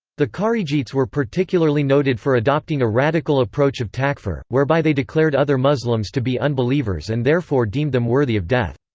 the kharijites were particularly noted for adopting a radical approach of takfir, whereby they declared other muslims to be unbelievers and therefore deemed them worthy of death.